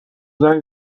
زنگ